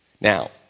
Now